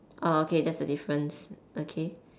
oh okay that's the difference okay